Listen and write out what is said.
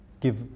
give